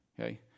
Okay